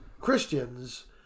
Christians